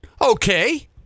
Okay